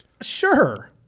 Sure